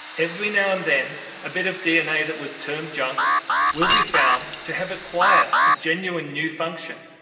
every now and then a bit of dna that was termed junk will be found to have acquired a genuine new function.